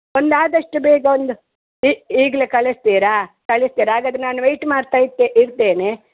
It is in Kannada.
ಒಂದು ಆದಷ್ಟು ಬೇಗ ಒಂದು ಈ ಈಗಲೇ ಕಳಿಸ್ತೀರಾ ಕಳಿಸ್ತೀರಾ ಹಾಗಾದ್ರೆ ನಾನು ವೇಟ್ ಮಾಡ್ತಾ ಇರ್ತೇನೆ